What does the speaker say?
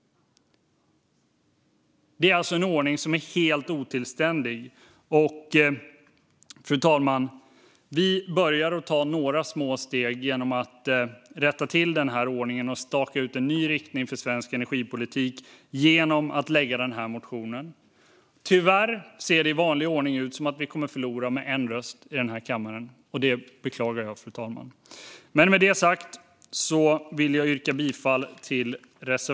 Det är en ordning som är helt otillständig. Fru talman! Vi börjar nu ta några små steg mot att rätta till denna ordning och staka ut en ny riktning för svensk energipolitik genom att lämna denna reservation. Tyvärr ser det i vanlig ordning ut som att vi kommer att förlora med en röst i kammaren, och det beklagar jag.